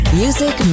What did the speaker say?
music